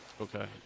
Okay